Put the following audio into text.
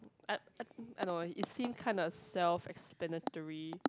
I I I don't know it seem kind of self explanatory